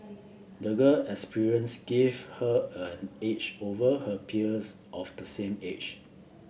the girl experiences give her an edge over her peers of the same age